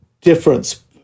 difference